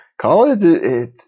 College